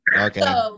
okay